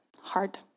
hard